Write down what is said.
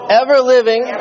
ever-living